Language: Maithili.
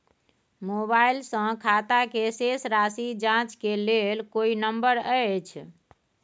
मोबाइल से खाता के शेस राशि जाँच के लेल कोई नंबर अएछ?